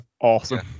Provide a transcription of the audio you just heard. awesome